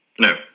No